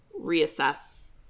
reassess –